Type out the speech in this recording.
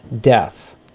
death